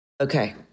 Okay